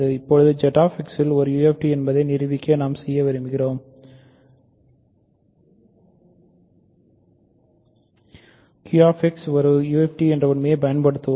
இப்போது ZX ஒரு UFD என்பதை நிரூபிக்க நாம் செய்ய விரும்புவது QX ஒரு UFD என்ற உண்மையைப் பயன்படுத்துவதாகும்